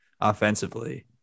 offensively